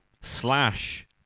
slash